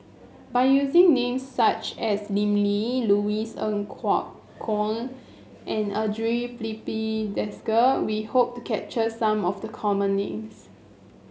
by using names such as Lim Lee Louis Ng Kok Kwang and Andre Filipe Desker we hope to capture some of the common names